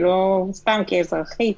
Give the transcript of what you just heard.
כאזרחית,